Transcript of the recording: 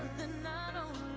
the national